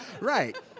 right